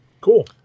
Cool